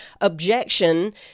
objection